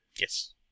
Yes